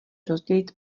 rozdělit